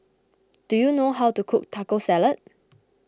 do you know how to cook Taco Salad